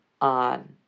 on